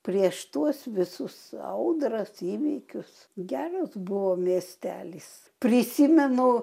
prieš tuos visus audras įvykius geras buvo miestelis prisimenu